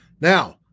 Now